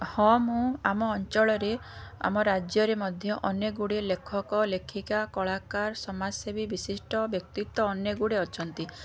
ହଁ ମୁଁ ଆମ ଅଞ୍ଚଳରେ ଆମ ରାଜ୍ୟରେ ମଧ୍ୟ ଅନେକ ଗୁଡ଼ିଏ ଲେଖକ ଲେଖିକା କଳାକାର ସମାଜସେବୀ ବିଶିଷ୍ଟ ବ୍ୟକ୍ତିତ୍ୱ ଅନେକ ଗୁଡ଼ିଏ ଅଛନ୍ତି